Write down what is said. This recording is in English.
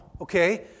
okay